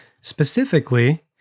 Specifically